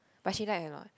but she like anot